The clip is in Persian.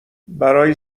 برای